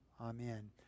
Amen